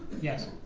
yes.